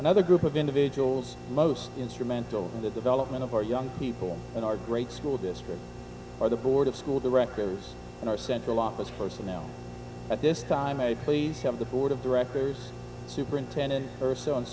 another group of individuals most instrumental in the development of our young people in our great school district or the board of school directors in our central office personnel at this time a piece of the board of directors superintendent urso and